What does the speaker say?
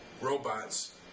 robots